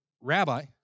Rabbi